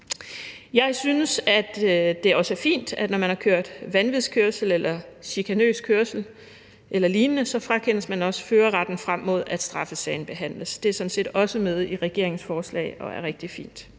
Jeg synes også, at det er fint, at når man har kørt vanvidskørsel, chikanøs kørsel eller lignende, så frakendes man også førerretten frem mod, at straffesagen behandles. Det er sådan set også med i regeringens forslag og er rigtig fint.